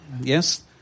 Yes